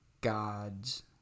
God's